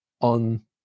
on